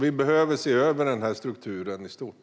Vi behöver se över denna struktur i stort.